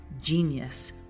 genius